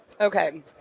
Okay